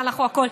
ואנחנו הכול.